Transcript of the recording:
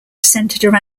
centered